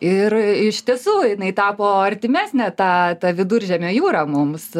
ir iš tiesų jinai tapo artimesnė ta ta viduržemio jūra mums